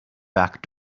back